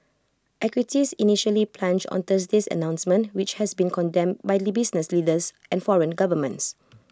equities initially plunged on Thursday's announcement which has been condemned by the business leaders and foreign governments